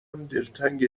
دلتنگ